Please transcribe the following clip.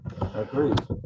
Agreed